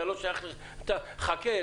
חכה,